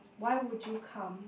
why would you come